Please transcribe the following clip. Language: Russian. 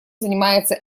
занимается